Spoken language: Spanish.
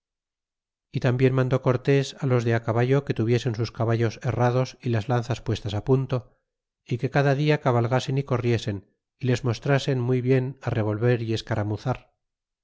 y tambien mandó cortés los de caballo que tuviesen sus caballos herrados y las lanzas puestas punto es que cada dia cabalgasen y corriesen y les mostrasen muy bien revolver y escaramuzar